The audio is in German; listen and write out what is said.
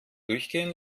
durchgehen